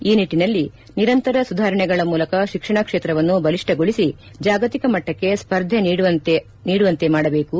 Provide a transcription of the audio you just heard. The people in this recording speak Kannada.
ಈ ನಿಟ್ಟನಲ್ಲಿ ನಿರಂತರ ಸುಧಾರಣೆಗಳ ಮೂಲಕ ತಿಕ್ಷಣ ಕ್ಷೇತ್ರವನ್ನು ಬಲಿಷ್ಠಗೊಳಿಸಿ ಜಾಗತಿಕ ಮಟ್ಟಕ್ಕೆ ಸ್ಪರ್ಧೆ ನೀಡುವಂತಾಗಬೇಕು